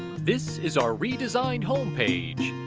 this is our redesigned home page,